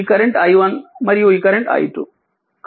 ఈ current i1 మరియు ఈ కరెంట్ i2